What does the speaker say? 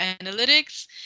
Analytics